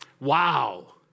Wow